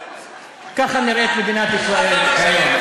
ככה נראית מדינת ישראל היום.